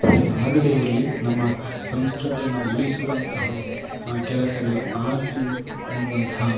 ಹೀಗಾಗದೆ ಇರಲಿ ನಮ್ಮ ಸಂಸ್ಕೃತಿಯನ್ನು ಉಳಿಸುವಂತಹ ಕೆಲಸಗಳು ಆಗಲಿ ಅನ್ನುವಂತಹ